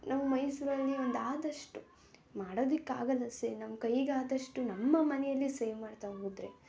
ನಮ್ಗೆ ಮೈಸೂರಲ್ಲಿ ಒಂದು ಆದಷ್ಟು ಮಾಡೋದಕ್ಕೆ ಆಗೋಲ್ಲ ಸೆ ನಮ್ಮ ಕೈಗೆ ಆದಷ್ಟು ನಮ್ಮ ಮನೆಯಲ್ಲಿ ಸೇವ್ ಮಾಡ್ತಾ ಹೋದ್ರೆ